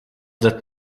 that